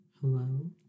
Hello